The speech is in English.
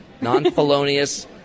non-felonious